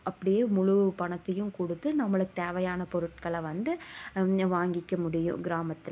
அப்படியே முழு பணத்தையும் கொடுத்து நம்மளுக்கு தேவையான பொருட்கள வந்து வாங்கிக்க முடியும் கிராமத்தில்